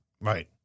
right